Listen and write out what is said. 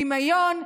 דמיון,